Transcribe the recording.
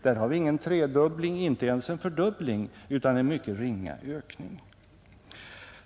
Där har vi ingen tredubbling, inte ens en fördubbling, utan en mycket ringa ökning.